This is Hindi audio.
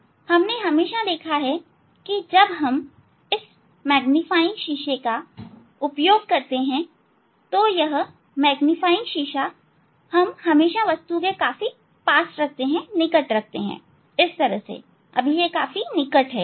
और हमने हमेशा देखा है कि जब हम इस मैग्नीफाइंग शीशे का उपयोग करते हैं तो यह मैग्नीफाइंग शीशा हम हमेशा वस्तु के काफी निकट रखते हैं यह काफी निकट है